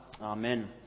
Amen